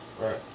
Right